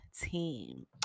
Team